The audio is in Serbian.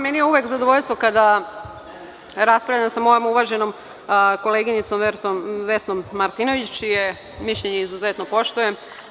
Meni je uvek zadovoljstvo kada raspravljam sa mojom uvaženom koleginicom Vesnom Martinović, čije mišljenje izuzetno poštujem.